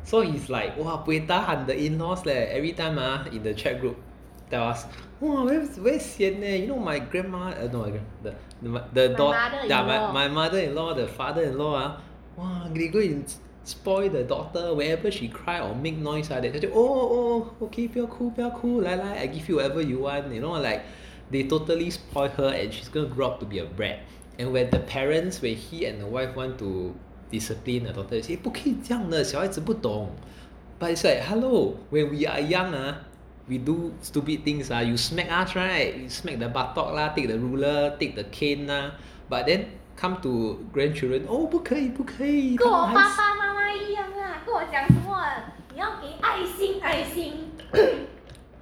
so he's like !wah! buay tahan the in-laws leh everytime ah in the chat group !wah! very very sian leh you know my grandma uh not my grandma the my mother-in-law the father-in-law ah !wah! they go and spoil the daughter whenever she cry or make noise like that they 就 oh oh okay 不要哭不要哭来来 I give you whatever you want you know like they totally spoil her and she's going to grow up to be a brat and when the parents and when he and the wife want to discipline the daughter they'll say 不可以这样的小孩子不懂 but is like hello when we were young ah we do stupid things ah you smack us right smack the buttock lah take the ruler take the cane ah but then come to grandchildren oh 不可以不可以